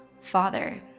Father